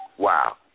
Wow